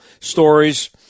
stories